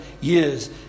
years